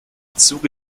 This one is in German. zuge